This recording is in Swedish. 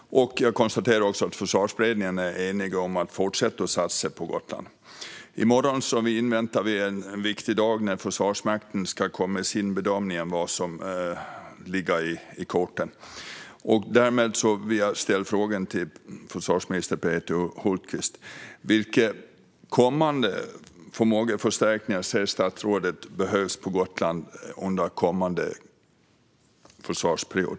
Jag konstaterar också att Försvarsberedningen är enig om att fortsätta satsa på Gotland. I morgon - en viktig dag - ska Försvarsmakten komma med sin bedömning av vad som ligger i korten. Jag vill ställa frågan till försvarsminister Peter Hultqvist: Vilka kommande förmågeförstärkningar ser statsrådet behövs på Gotland under kommande försvarsperiod?